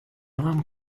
alarm